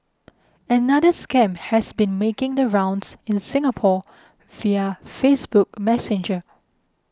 another scam has been making the rounds in Singapore via Facebook Messenger